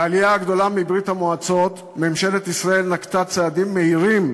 בעלייה הגדולה מברית-המועצות ממשלת ישראל נקטה צעדים מהירים